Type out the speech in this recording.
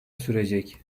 sürecek